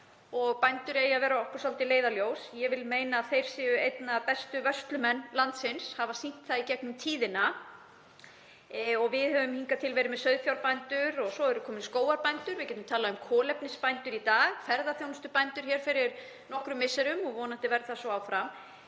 og bændur eigi að vera okkur svolítið leiðarljós. Ég vil meina að þeir séu einna bestir vörslumenn landsins, hafa sýnt það í gegnum tíðina. Við höfum hingað til verið með sauðfjárbændur og svo eru komnir skógarbændur, við getum talað um kolefnisbændur í dag, ferðaþjónustubændur hér fyrir nokkrum misserum og vonandi verður það svo áfram.